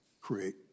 create